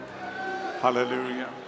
Hallelujah